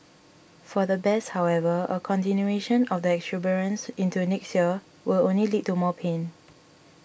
for the bears however a continuation of the exuberance into next year will only lead to more pain